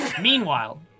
Meanwhile